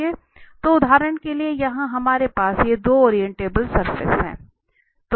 तो उदाहरण के लिए यहाँ हमारे पास ये दो ओरिएंटेबल सरफेस हैं